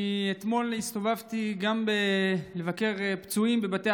אני אתמול הסתובבתי גם לבקר פצועים בבתי